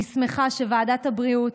אני שמחה שוועדת הבריאות,